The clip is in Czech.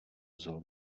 vzal